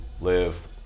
live